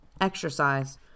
exercise